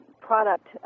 product